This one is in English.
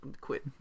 quit